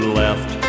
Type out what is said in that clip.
left